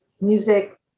music